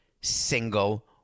single